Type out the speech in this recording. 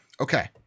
Okay